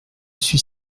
suis